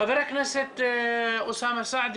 חבר הכנסת אוסאמה סעדי,